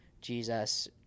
Jesus